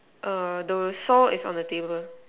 err the saw is on the table